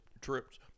trips